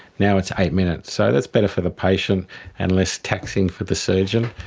now it's eight minutes. so that's better for the patient and less taxing for the surgeon.